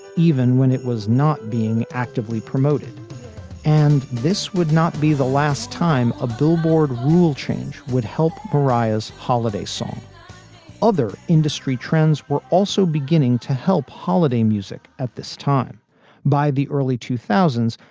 even when it was not being actively promoted and this would not be the last time a billboard rule change would help mariah's holiday song other industry trends were also beginning to help holiday music at this time by the early two thousand